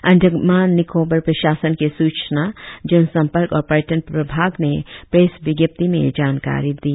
अंडमान निकोबार प्रशासन के सूचना जन संपर्क और पर्यटन प्रभाग ने प्रेस विज्ञप्ति में यह जानकारी दि